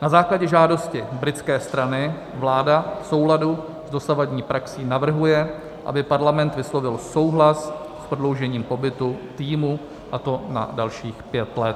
Na základě žádosti britské strany vláda v souladu s dosavadní praxí navrhuje, aby Parlament vyslovil souhlas s prodloužením pobytu týmu, a to na dalších pět let.